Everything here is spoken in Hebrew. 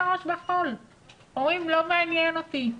הראש בחול ואומרים 'לא מעניין אותי'.